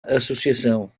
associação